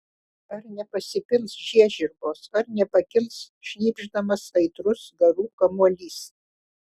ar nepasipils žiežirbos ar nepakils šnypšdamas aitrus garų kamuolys